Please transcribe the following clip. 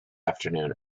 afternoon